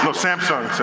but samsung so